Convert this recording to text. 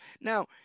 Now